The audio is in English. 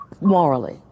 Morally